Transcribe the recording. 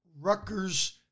Rutgers